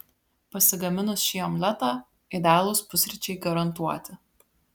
pasigaminus šį omletą idealūs pusryčiai garantuoti